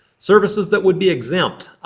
services that would be exempt.